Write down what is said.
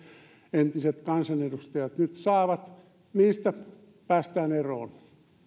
entiset kansanedustajat nyt saavat päästään eroon